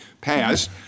passed